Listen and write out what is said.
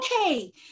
okay